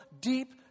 deep